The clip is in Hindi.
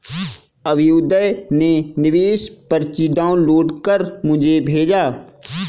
अभ्युदय ने निवेश पर्ची डाउनलोड कर मुझें भेजा